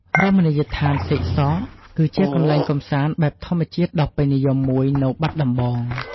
រមណីយដ្ឋានសេកសក គឺជាកន្លែងកម្សាន្តបែបធម្មជាតិដ៏ពេញនិយមមួយនៅបាត់ដំបង។